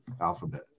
alphabet